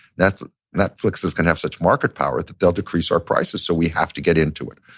netflix netflix is gonna have such market power that they'll decrease our prices, so we have to get into it.